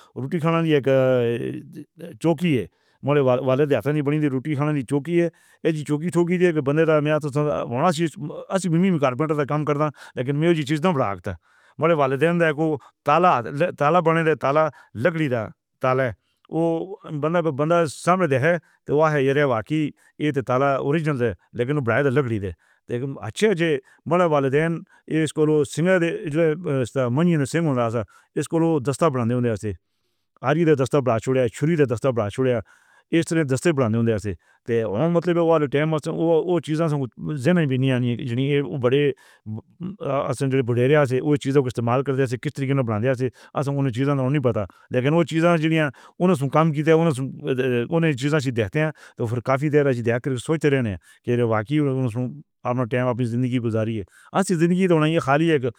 روٹی کھانے دی اک چوکی ہے۔ مارے والے دے ہتھاں نی بنی روٹی کھانے دی چوکی ہے۔ ایہ جی چوکی تو بندے دا ہونا چاہیے۔ اساں بھی کارپینٹر کم کردا۔ لیکن یہ چیز تو باقی ہے۔ مانے والے دن تالا تالا تالا لکڑی دا تالا او بندہ بندہ سامݨ دے ہے۔ تو اے باقی۔ یہ تالا اوریجنل ہے لیکن برائٹ لکڑی ہے۔ اچھے جو مارے والے دن اس کولو سنگھ جی سنگھ ہوں۔ راستہ اس کولو دست بنا دے ہوں۔ اری دا دست چھوڑا۔ چھری دا دست چھڑیا۔ اس طرح دست بنا دے ہوں ایسے۔ مطلب ٹائم توں چیز جنہاں نے وڈے بُجھیریاں توں اوہ چیز دا استعمال کر دے سی۔ کس طرحیں نے بنا دتیا سی؟ اُن چیزاں دا پتہ نہیں۔ لیکن اوہ چیزاں جنہاں نے کم کیتیاں اُن چیزاں توں پھر کافی دیر تک سوچدے رہݨے لئی۔ باقی اپݨا ٹائم اپݨی زندگی گزارے ہے۔ اسی زندگی خالی ہے۔